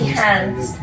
hands